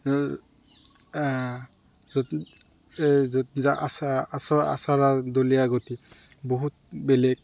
দলীয়া গতি বহুত বেলেগ